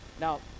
Now